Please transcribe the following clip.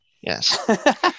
Yes